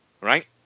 right